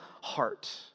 heart